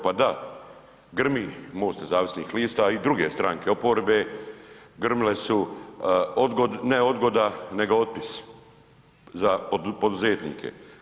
Pa da, grmi MOST nezavisnih lista i druge stranke oporbe, grmile su odgod, ne odgoda nego otpis za poduzetnike.